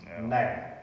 Now